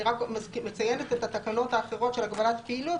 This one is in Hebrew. אני רק מציינת את התקנות האחרות של הגבלת הפעילות,